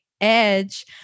edge